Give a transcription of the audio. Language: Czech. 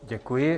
Děkuji.